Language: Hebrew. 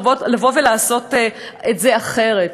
לעשות את זה אחרת?